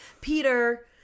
Peter